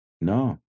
No